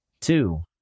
two